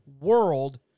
world